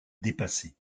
dépasser